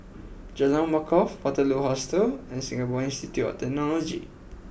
Jalan Wakaff Waterloo Hostel and Singapore Institute of Technology